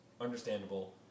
understandable